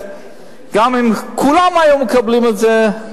גם אם כולם היו מקבלים את זה,